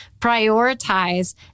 prioritize